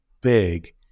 big